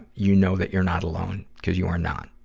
you know that you're not alone, cuz you are not.